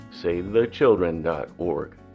SavetheChildren.org